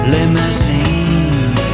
Limousine